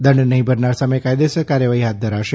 દંડ નહીં ભરનાર સામે કાયદેસર કાર્યવાહી હાથ ધરાશે